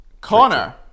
Connor